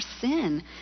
sin